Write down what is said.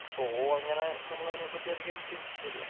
so അങ്ങനെ നമ്മളതിനെപ്പറ്റി അധികം ചിന്തിച്ചില്ല